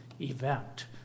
event